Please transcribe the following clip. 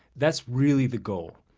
that's really the goal.